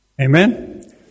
Amen